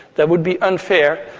that would be unfair,